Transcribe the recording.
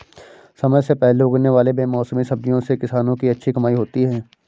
समय से पहले उगने वाले बेमौसमी सब्जियों से किसानों की अच्छी कमाई होती है